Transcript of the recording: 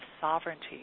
sovereignty